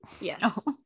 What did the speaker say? Yes